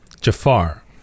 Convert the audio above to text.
Jafar